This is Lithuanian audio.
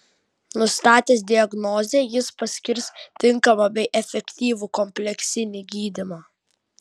nustatęs diagnozę jis paskirs tinkamą bei efektyvų kompleksinį gydymą